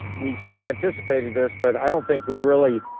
we sort of anticipated this but i don't think we really